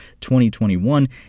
2021